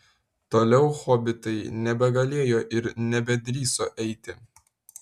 toliau hobitai nebegalėjo ir nebedrįso eiti